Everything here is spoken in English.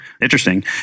interesting